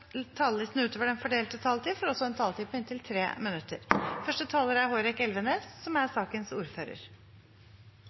talerlisten utover den fordelte taletid, får en taletid på inntil 3 minutter. Det er